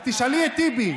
תשאלי את טיבי.